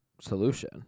solution